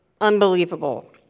unbelievable